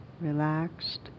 Relaxed